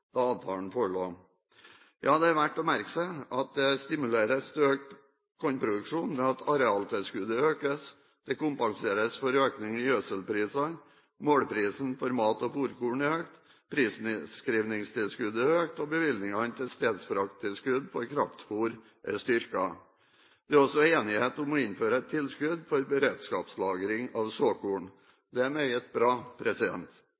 avtalen forelå. Ja, det er verdt å merke seg at det stimuleres til økt kornproduksjon ved at arealtilskuddet økes, det kompenseres for økning i gjødselprisene, målprisen for mat- og fôrkorn er økt, prisnedskrivningstilskuddet er økt, og bevilgningen til stedsfrakttilskudd for kraftfôr er styrket. Det er også enighet om å innføre et tilskudd for beredskapslagring av